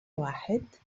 واحد